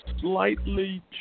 slightly